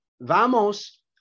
Vamos